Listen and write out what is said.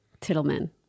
Tittleman